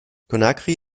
conakry